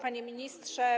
Panie Ministrze!